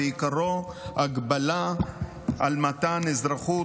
ועיקרו הגבלה על מתן אזרחות,